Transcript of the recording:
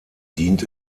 dient